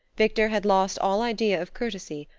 victor had lost all idea of courtesy,